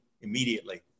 immediately